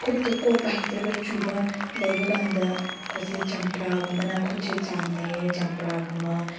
ꯈꯨꯠꯇ ꯀꯣꯛꯄ ꯍꯩꯇ꯭ꯔꯒ ꯆꯨꯕ ꯂꯩꯕꯀꯥꯟꯗ ꯑꯩꯈꯣꯏꯁꯦ ꯆꯥꯝꯄ꯭ꯔꯥꯒꯨꯝꯕꯅ ꯈꯨꯠꯁꯦ ꯆꯥꯝꯅꯩꯌꯦ ꯆꯥꯝꯄ꯭ꯔꯥꯒꯨꯝꯕ